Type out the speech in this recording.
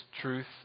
truth